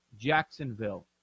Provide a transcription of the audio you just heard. Jacksonville